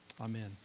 Amen